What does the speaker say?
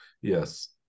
yes